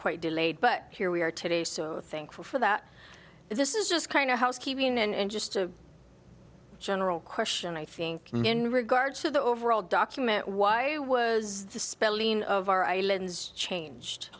quite delayed but here we are today so thankful for that this is just kind of housekeeping and just a general question i think in regards to the overall document why it was the spelling of our eye lens changed